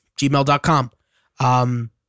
gmail.com